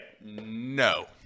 No